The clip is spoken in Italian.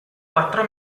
quattro